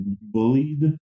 bullied